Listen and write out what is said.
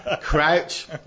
Crouch